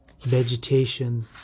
vegetation